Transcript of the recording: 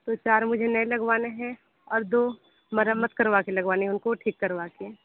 तो चार मुझे नए लगवाने हैं और दो मरम्मत करवा के लगवाने हैं उनको ठीक करवा के